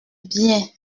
bien